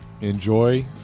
enjoy